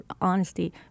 honesty